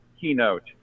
keynote